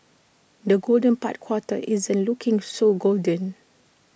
the golden part quarter isn't looking so golden